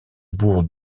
bourg